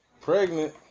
Pregnant